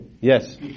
Yes